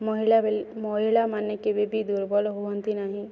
ମହିଳା ବି ମହିଳାମାନେ କେବେ ବି ଦୁର୍ବଳ ହୁଅନ୍ତି ନାହିଁ